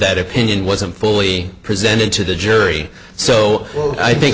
dead opinion wasn't fully presented to the jury so i think